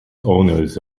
owners